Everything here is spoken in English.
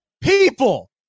People